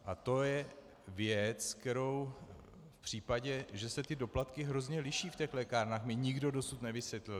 A to je věc, kterou v případě, že se doplatky hrozně liší v těch lékárnách, mi nikdo dosud nevysvětlil.